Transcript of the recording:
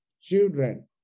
children